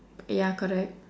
ya correct